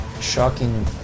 Shocking